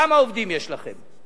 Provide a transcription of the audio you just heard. כמה עובדים יש להם.